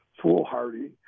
foolhardy